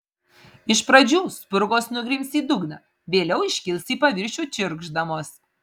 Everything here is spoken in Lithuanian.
iš pradžių spurgos nugrims į dugną vėliau iškils į paviršių čirkšdamos